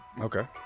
Okay